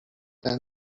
برسن